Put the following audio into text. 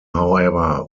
however